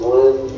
one